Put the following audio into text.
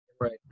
Right